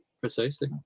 precisely